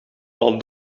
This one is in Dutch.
wel